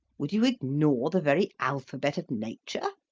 would you ignore the very alphabet of nature?